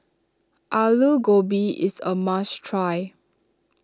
Aloo Gobi is a must try